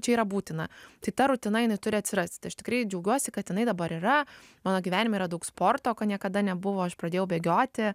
čia yra būtina tai ta rutina jinai turi atsirasti aš tikrai džiaugiuosi kad jinai dabar yra mano gyvenime yra daug sporto ko niekada nebuvo aš pradėjau bėgioti